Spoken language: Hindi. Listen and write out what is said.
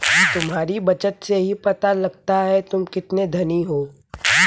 तुम्हारी बचत से ही पता लगता है तुम कितने धनी हो